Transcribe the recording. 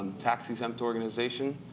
tax exempt organization,